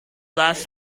last